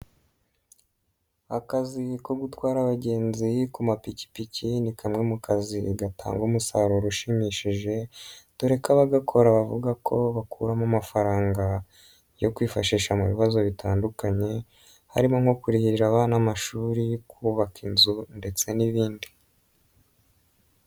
Akazi ko gutwara abagenzi ku mapikipiki, ni kamwe mu kazi gatanga umusaruro ushimishije, dore ko abagakora bavuga ko bakuramo amafaranga yo kwifashisha mu bibazo bitandukanye, harimo nko kurihirira abana amashuri, kubaka inzu ndetse n'ibindi.